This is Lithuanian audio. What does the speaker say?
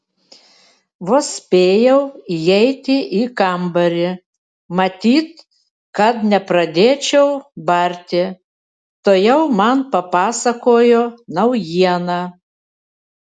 vos spėjau įeiti į kambarį matyt kad nepradėčiau barti tuojau man papasakojo naujieną